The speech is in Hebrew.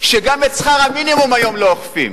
שגם את שכר המינימום היום לא אוכפים.